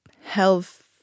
health